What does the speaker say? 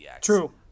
true